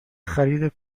خرید